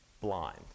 blind